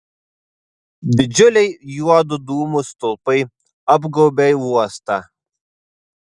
didžiuliai juodų dūmų stulpai apgaubė uostą